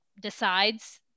decides